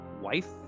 wife